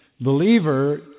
believer